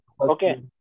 okay